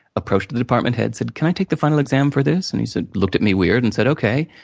approached the department head, said, can i take the final exam for this? and, he said, looked at me weird, and said, okay.